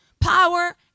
power